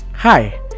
Hi